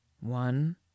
One